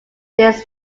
this